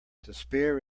despair